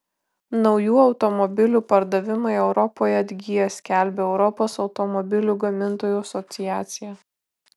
naujų automobilių pardavimai europoje atgyja skelbia europos automobilių gamintojų asociacija